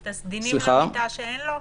את הסדינים למיטה שאין לו?